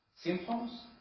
symptoms